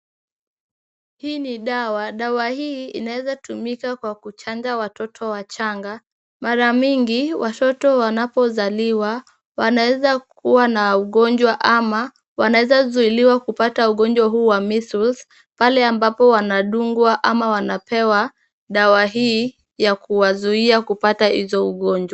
Hii ni dawa. Dawa hii inaweza tumika kwa kuchanja watoto wachanga. Mara mingi watoto wanapozaliwa, wanaweza kuwa na ugonjwa ama wanaweza zuiliwa kupata ugonjwa huu wa measles pale ambapo wanadungwa ama wanapewa dawa hii ya kuwazuia kupata hizo ugonjwa.